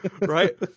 right